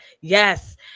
Yes